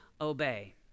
obey